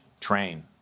train